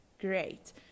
Great